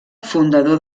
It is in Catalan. fundador